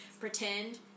pretend